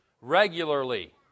regularly